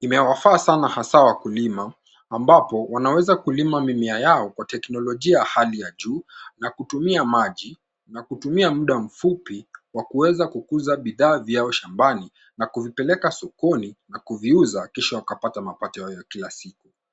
imewafaa sana hasaa wakulima, ambako wanaweza kulima mimea yao kwa teknolojia ya hali ya juu, na kutumia maji, na kutumia muda mfupi, wa kuweza kukuza bidhaa vyao shambani, na kuvipeleka sokoni na kuviuza kisha wakapata mapato yao ya kila siku.